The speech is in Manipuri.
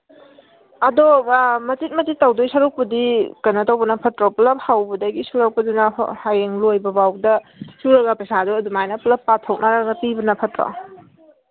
ꯑꯗꯣ ꯃꯆꯤꯠ ꯃꯆꯤꯠ ꯇꯧꯒꯗꯣꯏ ꯁꯔꯨꯛꯄꯨꯗꯤ ꯀꯩꯅꯣ ꯇꯧꯕꯅ ꯐꯠꯇ꯭ꯔꯣ ꯄꯨꯂꯞ ꯍꯧꯕꯗꯒꯤ ꯁꯨꯔꯛꯄꯗꯨꯅ ꯍꯌꯦꯡ ꯂꯣꯏꯕ ꯐꯥꯎꯕꯗ ꯁꯨꯔꯒ ꯄꯩꯁꯥꯗꯣ ꯑꯗꯨꯃꯥꯏꯅ ꯄꯨꯂꯞ ꯄꯥꯊꯣꯛꯅꯔꯒ ꯄꯤꯕꯅ ꯐꯠꯇ꯭ꯔꯣ